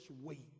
wait